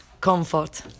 comfort